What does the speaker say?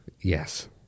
Yes